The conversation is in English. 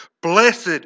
blessed